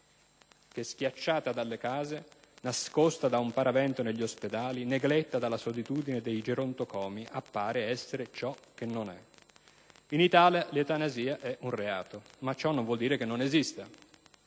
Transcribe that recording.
che, scacciata dalle case, nascosta da un paravento negli ospedali, negletta nella solitudine dei gerontocomi, appare essere ciò che non è. In Italia l'eutanasia è reato, ma ciò non vuol dire che non "esista":